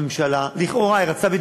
הממשלה לכאורה רצתה,